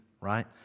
right